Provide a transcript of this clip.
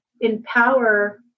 empower